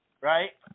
right